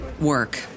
work